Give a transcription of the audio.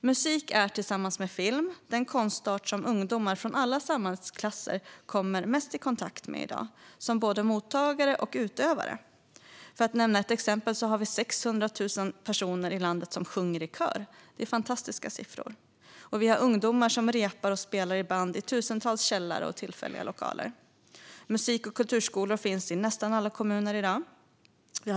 Musik är, tillsammans med film, den konstart som ungdomar från alla samhällsklasser kommer mest i kontakt med i dag, både som mottagare och som utövare. För att nämna ett exempel har vi 600 000 personer i landet som sjunger i kör. Det är en fantastisk siffra! Ungdomar repar och spelar i band i tusentals källare och tillfälliga lokaler. Musik och kulturskolor finns i nästan alla kommuner i dag.